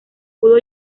pudo